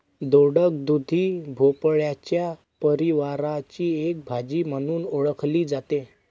दोडक, दुधी भोपळ्याच्या परिवाराची एक भाजी म्हणून ओळखली जाते